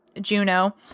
Juno